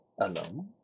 alone